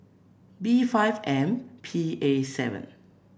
B five M P A seven